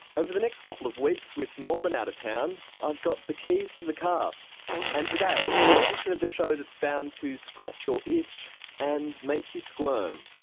over the next couple of weeks with norman out of town i've got the keys to the car and today, an edition of the show that's bound to scratch your itch and make you squirm.